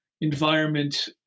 environment